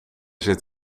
zit